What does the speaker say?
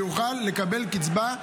ויוכל לקבל קצבה,